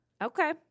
Okay